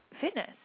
fitness